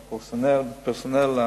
בפרסונל,